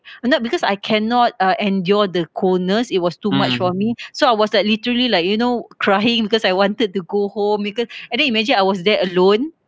you know because I cannot uh endure the coldness it was too much for me so I was like literally like you know crying because I wanted to go home beca~ and then imagine I was there alone